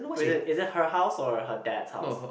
oh is it is it her house or her dad's house